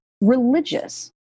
religious